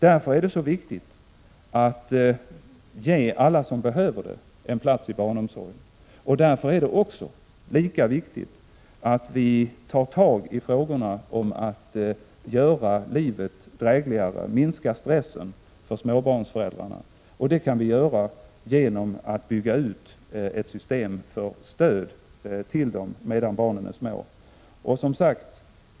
Därför är det så viktigt att ge alla som behöver det en plats i barnomsorgen. Därför är det också lika viktigt att vi tar tag i frågorna om hur man gör livet drägligare och minskar stressen för småbarnsföräldrarna. Det kan vi göra genom att bygga ut ett system för stöd till föräldrar medan barnen är små.